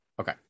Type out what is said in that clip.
Okay